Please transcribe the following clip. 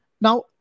Now